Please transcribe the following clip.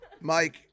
Mike